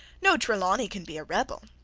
no trelawney can be a rebel.